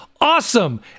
awesome